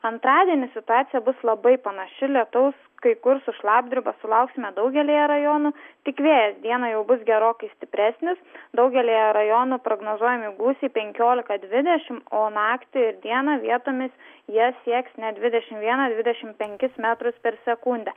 antradienį situacija bus labai panaši lietaus kai kur su šlapdriba sulauksime daugelyje rajonų tik vėjas dieną jau bus gerokai stipresnis daugelyje rajonų prognozuojami gūsiai penkiolika dvidešim o naktį ir dieną vietomis jie sieks net dvidešim vieną dvidešim penkis metrus per sekundę